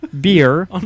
beer